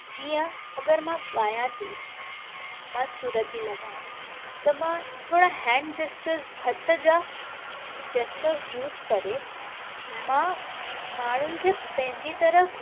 जीअं अगरि मां ॻायां थी मां सुर थी लॻायां त मां थोरा हैंड जेस्टर्स हथ जा जेस्टर्स यूज़ करे मां माण्हुनि खे पंहिंजी तरफ़ु